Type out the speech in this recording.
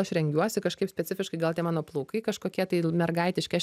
aš rengiuosi kažkaip specifiškai gal tie mano plaukai kažkokie tai mergaitiški aš